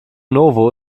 novo